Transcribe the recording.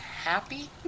Happy